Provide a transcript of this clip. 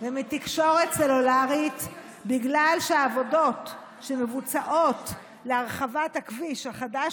ומתקשורת סלולרית בגלל שהעבודות שמבוצעות להרחבת הכביש החדש,